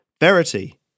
Verity